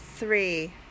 three